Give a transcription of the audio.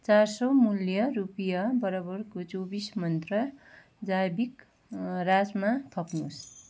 चार सय मूल्य रुपियाँ बराबरको चौबिस मन्त्रा जैविक राजमा थप्नुहोस्